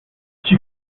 she